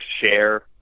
share